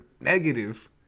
negative